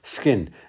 skin